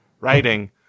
writing